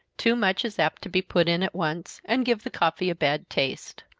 too much is apt to be put in at once, and give the coffee a bad taste.